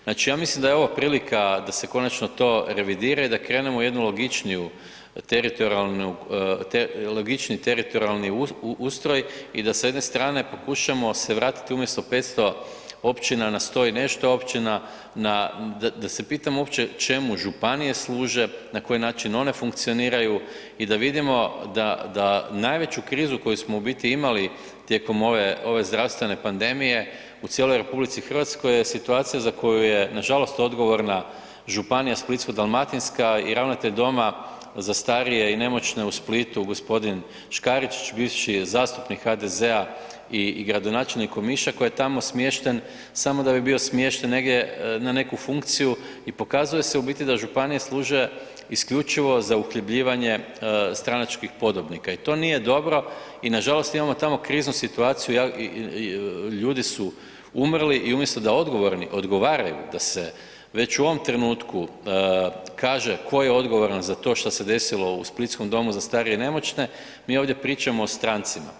Znači, ja mislim da je ovo prilika da se konačno to revidira i da krenemo u jedan logičniji teritorijalni ustroj i da sa jedne strane pokušamo se vratiti umjesto 500 općina na 100 i nešto općina, da se pitamo uopće čemu županije služe, na koji način one funkcioniraju i da vidimo da najveću krizu koju smo u biti imali tijekom ove zdravstvene pandemije u cijeloj RH je situacija za koju je nažalost odgovorna županija Splitsko-dalmatinska i ravnatelj Doma za starije i nemoćne u Splitu, g. Škaričić, bivši zastupnik HDZ-a i gradonačelnik Omiša koji je tamo smješten samo da bi bio smješten negdje na neku funkciju i pokazuje se u biti županije služe isključivo za uhljebljivanje stranačkih podobnika i to nije dobro i nažalost imamo tamo kriznu situaciju, ljudi su umrli i umjesto da odgovorni odgovaraju da se već u ovom trenutku kaže ko je odgovaran za to šta se desilo u splitskom domu za starije i nemoćne, mi ovdje pričamo o strancima.